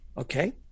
okay